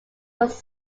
was